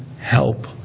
help